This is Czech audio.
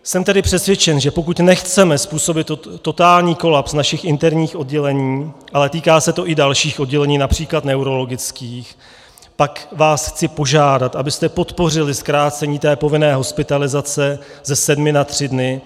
Jsem tedy přesvědčen, že pokud nechceme způsobit totální kolaps našich interních oddělení, ale týká se to i dalších oddělení, např. neurologických, pak vás chci požádat, abyste podpořili zkrácení té povinné hospitalizace ze sedmi na tři dny.